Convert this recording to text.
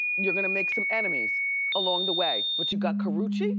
you're gonna make some enemies along the way, but you got karrueche,